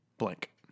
Blank